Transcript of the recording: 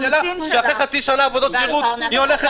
שאחרי חצי שנה עבודות שירות היא הולכת